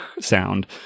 sound